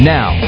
Now